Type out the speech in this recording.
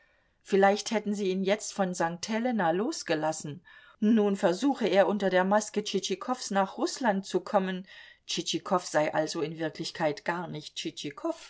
vielleicht hätten sie ihn jetzt von st helena losgelassen nun versuche er unter der maske tschitschikows nach rußland zu kommen tschitschikow sei also in wirklichkeit gar nicht